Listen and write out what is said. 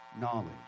knowledge